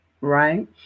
Right